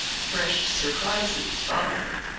fresh surprises find.